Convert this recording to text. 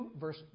verse